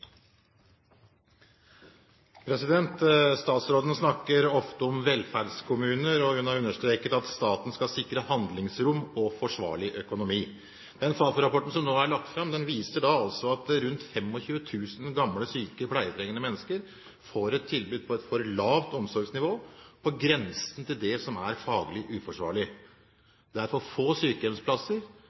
har understreket at staten skal sikre handlingsrom og forsvarlig økonomi. Den Fafo-rapporten som nå er lagt fram, viser at rundt 25 000 gamle, syke pleietrengende mennesker får et tilbud på et for lavt omsorgsnivå, på grensen til det som er faglig forsvarlig: Det er for få sykehjemsplasser,